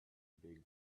big